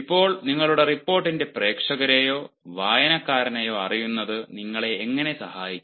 ഇപ്പോൾ നിങ്ങളുടെ റിപ്പോർട്ടിന്റെ പ്രേക്ഷകരെയോ വായനക്കാരനെയോ അറിയുന്നത് നിങ്ങളെ എങ്ങനെ സഹായിക്കും